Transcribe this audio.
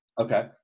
Okay